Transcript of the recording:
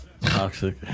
Toxic